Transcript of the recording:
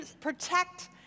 protect